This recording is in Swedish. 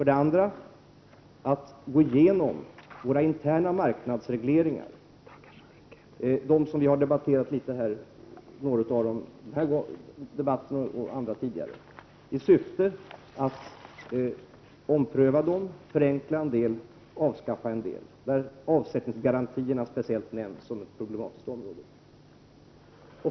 Vi skall gå igenom våra interna marknadsregleringar i syfte att ompröva dem, förenkla en del och avskaffa en del — särskilt avsättningsgarantierna har nämnts som ett problematiskt område. 3.